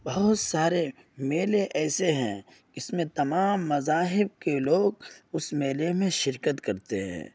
بہت سارے میلے ایسے ہیں جس میں تمام مذاہب کے لوگ اس میلے میں شرکت کرتے ہے